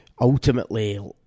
ultimately